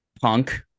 punk